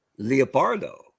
Leopardo